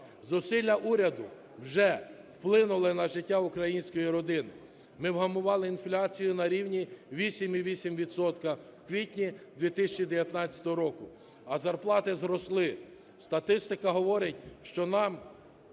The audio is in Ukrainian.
Зусилля уряду вже вплинули на життя української родини. Ми вгамували інфляцію на рівні 8,8 відсотка в квітні 2019 року, а зарплати зросли. Статистика говорить, що